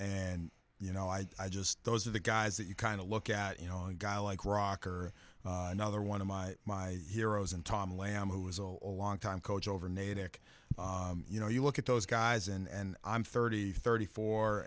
and you know i just those are the guys that you kind of look at you know a guy like rocker another one of my my heroes and tom lamb who was on a long time coach over natick you know you look at those guys and i'm thirty thirty four